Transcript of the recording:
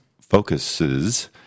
focuses